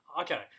Okay